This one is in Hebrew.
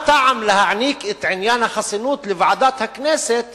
מה הטעם להעניק את עניין החסינות לוועדת הכנסת